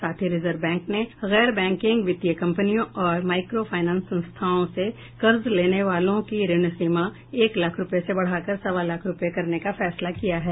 साथ ही reserve bank ने गैर बैंकिग वित्तीय कंपनियों और माइक्रो फाइनेंस संस्थाओं से कर्ज लेने वालों की ऋण सीमा एक लाख रुपये से बढ़ाकर सवा लाख रुपये करने का फैसला किया है